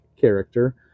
character